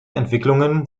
entwicklungen